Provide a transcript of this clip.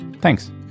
Thanks